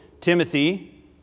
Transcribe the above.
Timothy